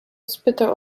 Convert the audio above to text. spytał